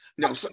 No